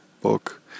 book